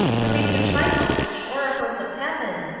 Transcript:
for me to trifle with the oracles of heaven,